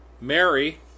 mary